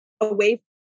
away